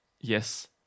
Yes